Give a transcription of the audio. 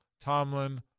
Tomlin